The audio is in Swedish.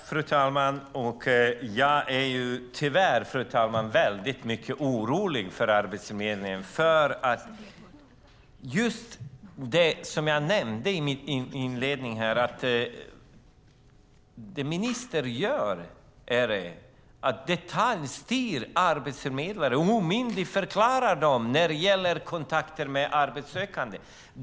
Fru talman! Jag är tyvärr väldigt orolig för Arbetsförmedlingen. Det gäller just det jag nämnde i min inledning. Det ministern gör är att detaljstyra arbetsförmedlare och omyndigförklara dem när det gäller kontakter med arbetssökande.